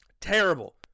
Terrible